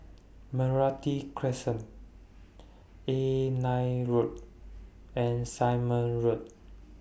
Meranti Crescent A nine Road and Simon Road